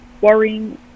worrying